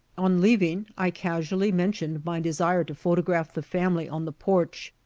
on leaving, i casually mentioned my desire to photograph the family on the porch,